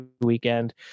weekend